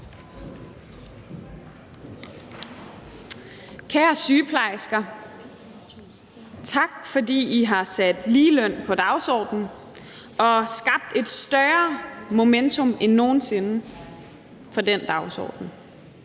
Kære sygeplejersker! Tak, fordi I har sat ligeløn på dagsordenen og skabt et større momentum end nogen sinde for den dagsorden.